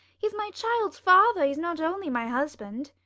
he's my child's father he's not only my husband.